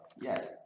yes